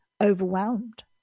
overwhelmed